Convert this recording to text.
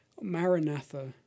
Maranatha